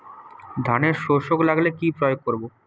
ধানের শোষক লাগলে কি প্রয়োগ করব?